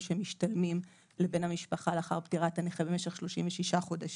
שמשתלמים לבן המשפחה לאחר פטירת הנכה במשך 36 חודשים